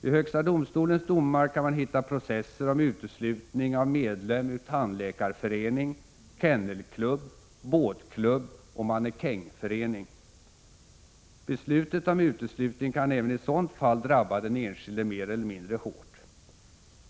I högsta domstolens domar kan man hitta processer om uteslutning av medlem ur tandläkarförening, kennelklubb, båtklubb och mannekängförening. Beslutet om uteslutning kan även i sådant fall drabba den enskilde mer eller mindre hårt.